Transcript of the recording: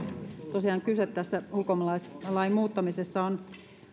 tosiaan tässä ulkomaalaislain muuttamisessa kyse on